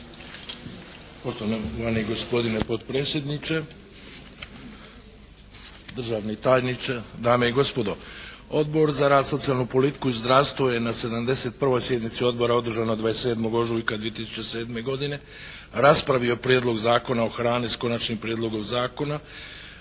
Poštovani gospodine potpredsjedniče, državni tajniče, dame i gospodo. Odbor za rad, socijalnu politiku i zdravstvo je na 71. sjednici Odbor održanoj 27. ožujka 2007. godine raspravio Prijedlog Zakona o hrani sa Konačnim prijedlogom zakona